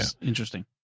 Interesting